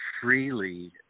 freely